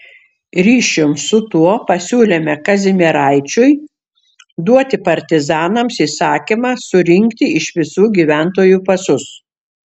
ryšium su tuo pasiūlėme kazimieraičiui duoti partizanams įsakymą surinkti iš visų gyventojų pasus